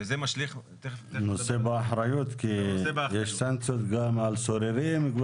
וזה משליך -- הוא נושא באחריות כי יש סנקציות גם על סוררים,